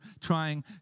trying